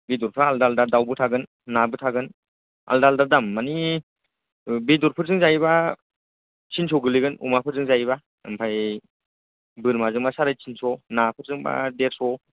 बेदरफ्रा आलदा आलदा दावबो थागोन नाबो थागोन आलदा आलदा दाम मानि ओह बेदरफोरजों जायोबा थिनस' गोलैगोन अमाफोरजों जायोबा ओमफाय बोरमाजोंबा सारायथिनस' नाफोरजोंबा देरस'